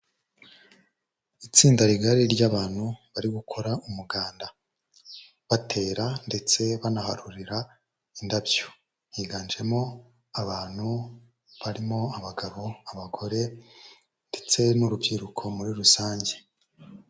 Itsinda rigari ry'abantu bari gukora umuganda, batera ndetse banaharurira indabyo, higanjemo abantu barimo abagabo, abagore ndetse n'urubyiruko muri rusange.